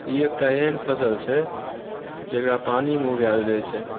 ई एकटा एहन फसल छै जकरा पानीमे उगायल जाइ छै